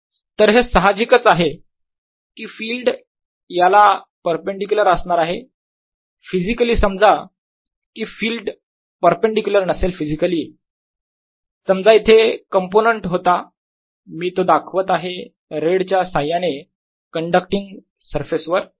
तर हे साहजिकच आहे की फिल्ड याला परपेंडीक्युलर असणार आहे फिजिकली समजा कि फिल्ड परपेंडीक्युलर नसेल फिजिकली समजा इथे कंपोनेंट होता मी तो दाखवत आहे रेड च्या साह्याने कण्डक्टींग सरफेस वर